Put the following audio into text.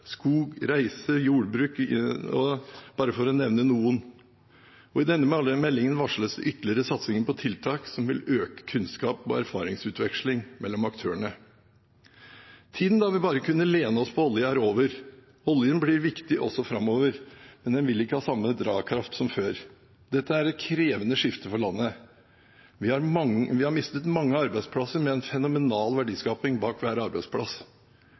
skog, reise og jordbruk – bare for å nevne noen – og i denne meldingen varsles ytterligere satsing på tiltak som vil øke kunnskap og erfaringsutveksling mellom aktørene. Tida da vi bare kunne støtte oss til olje, er over. Oljen blir viktig også framover, men den vil ikke ha samme drakraft som før. Dette er et krevende skifte for landet. Vi har mistet mange arbeidsplasser med en fenomenal verdiskaping bak hver arbeidsplass.